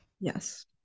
yes